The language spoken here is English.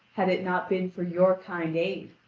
had it not been for your kind aid.